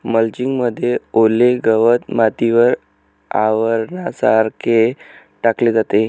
mulching मध्ये ओले गवत मातीवर आवरणासारखे टाकले जाते